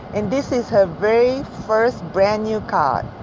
and this is her very first brand new car.